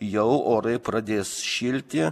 jau orai pradės šilti